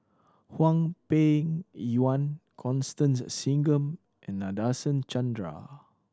Hwang Peng Yuan Constance Singam and Nadasen Chandra